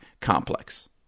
complex